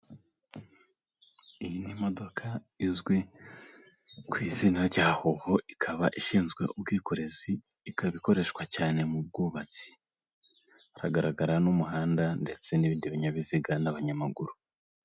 Iyi ni imodoka izwi ku izina rya hoho, ikaba ishinzwe ubwikorezi, ikaba ikoreshwa cyane mu bwubatsi. Hagaragara n'umuhanda, ndetse n'ibindi binyabiziga, n'abanyamaguru.